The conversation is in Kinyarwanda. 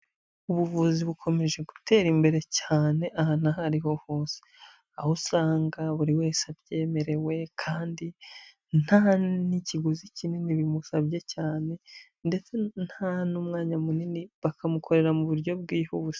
Ubuvuzi bukomeje gutera imbere cyane ahantu aho ariho hose, aho usanga buri wese abyemerewe kandi nta n'ikiguzi kinini bimusabye cyane ndetse nta n'umwanya munini, bakamukorera mu buryo bwihuse.